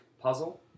puzzle